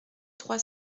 trois